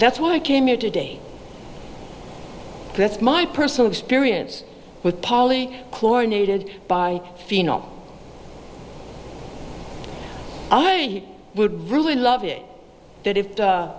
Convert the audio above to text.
that's why i came here today that's my personal experience with poly chlorinated by pheno i would really love it that if